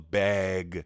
bag